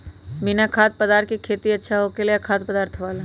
बिना खाद्य पदार्थ के खेती अच्छा होखेला या खाद्य पदार्थ वाला?